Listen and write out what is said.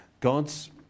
God's